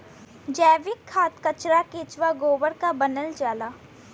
जैविक खाद कचरा केचुआ गोबर क बनावल जाला